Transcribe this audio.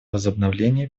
возобновления